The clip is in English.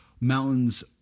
mountains